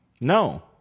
No